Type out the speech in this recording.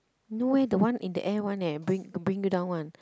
no eh the one in the air one eh bring bring you down one